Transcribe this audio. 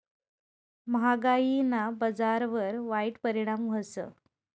म्हागायीना बजारवर वाईट परिणाम व्हस